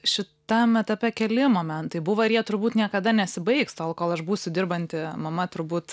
šitam etape keli momentai buvo ir jie turbūt niekada nesibaigs tol kol aš būsiu dirbanti mama turbūt